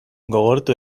gogortu